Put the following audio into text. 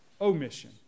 omission